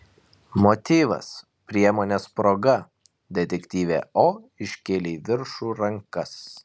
motyvas priemonės proga detektyvė o iškėlė į viršų rankas